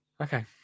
Okay